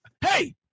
Hey